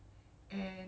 just macam